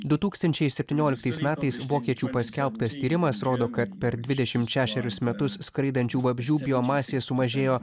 du tūkstančiai septynioliktais metais vokiečių paskelbtas tyrimas rodo kad per dvidešimt šešerius metus skraidančių vabzdžių biomasė sumažėjo